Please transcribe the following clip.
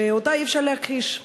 שאותה אי-אפשר להכחיש.